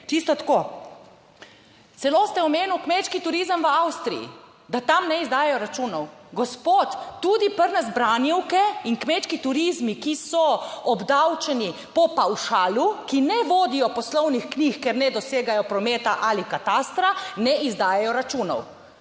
čisto tako. Celo ste omenil kmečki turizem v Avstriji, da tam ne izdajajo računov. Gospod, tudi pri nas branjevke in kmečki turizmi, ki so obdavčeni po pavšalu, ki ne vodijo poslovnih knjig, ker ne dosegajo prometa ali katastra, ne izdajajo računov